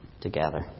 together